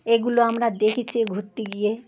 এগুলো আমরা দেখেছি ঘুরতে গিয়ে